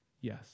yes